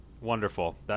Wonderful